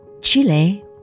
Chile